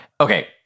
Okay